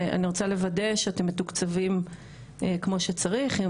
אני רוצה לוודא שאתם מתוקצבים כמו שצריך.